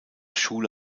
schule